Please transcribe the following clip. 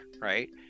right